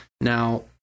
Now